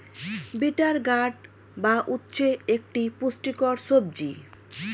bitter gourd বা উচ্ছে একটি পুষ্টিকর সবজি